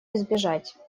избежать